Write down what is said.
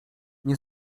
nie